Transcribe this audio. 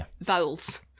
vowels